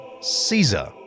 Caesar